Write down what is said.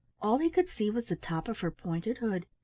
all he could see was the top of her pointed hood.